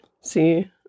See